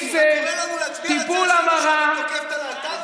אתה קורא לנו להצביע על ההצעה לסדר-היום שלך ותוקף את הלהט"בים?